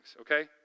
okay